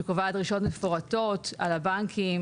וקובעת דרישות מפורטות על הבנקים,